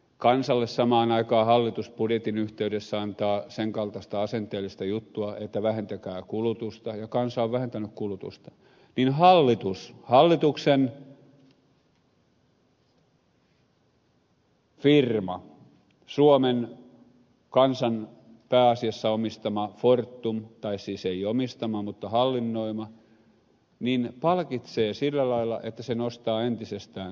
kansalle samaan aikaan hallitus budjetin yh teydessä antaa sen kaltaista asenteellista juttua että vähentäkää kulutusta ja kun kansa on vähentänyt kulutusta niin hallituksen firma suomen kansan pääasiassa omistama fortum tai siis ei omistama mutta hallinnoima palkitsee sillä lailla että se nostaa hintaa entisestään